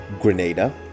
grenada